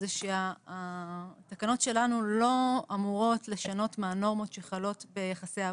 זה שהתקנות שלנו לא אמורות לשנות מהנורמות שחלות ביחסי עבודה,